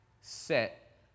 set